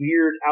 weird